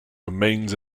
remains